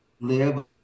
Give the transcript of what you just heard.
live